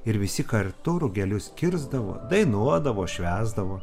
ir visi kartu rugelius kirsdavo dainuodavo švęsdavo